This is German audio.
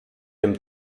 dem